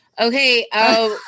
okay